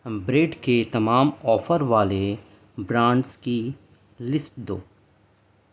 bread کے تمام offer والے برانڈس کی لسٹ دو